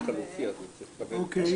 אוקיי.